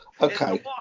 Okay